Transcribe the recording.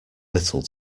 little